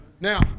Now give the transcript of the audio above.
Now